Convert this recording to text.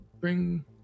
bring